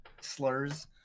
slurs